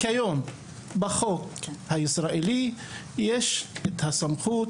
כיום בחוק הישראלי יש את הסמכות